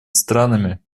странами